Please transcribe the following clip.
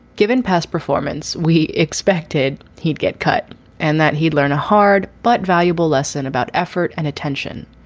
given past performance, we expected he'd get cut and that he'd learned a hard but valuable lesson about effort and attention.